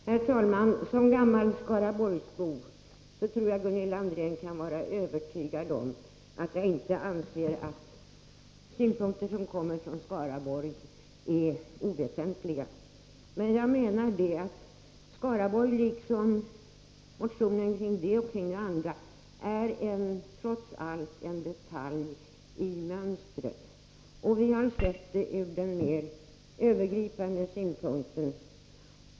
Herr talman! Gunilla André kan vara övertygad om att jag som gammal skaraborgsbo inte anser att synpunkter från Skaraborg är oväsentliga. Men jag menade att Skaraborg trots allt är en detalj i mönstret. Vi har sett frågan ur en mer övergripande synvinkel.